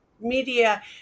media